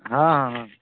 ହଁ ହଁ ହଁ